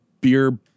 beer